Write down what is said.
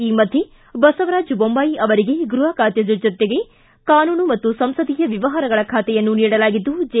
ಈ ಮಧ್ಯೆ ಬಸವರಾಜ್ ಬೊಮ್ಲಾಯಿ ಅವರಿಗೆ ಗೃಹ ಖಾತೆ ಜೊತೆಗೆ ಕಾನೂನು ಮತ್ತು ಸಂಸದೀಯ ವ್ಯವಹಾರಗಳ ಬಾತೆಯನ್ನು ನೀಡಲಾಗಿದ್ದು ಜೆ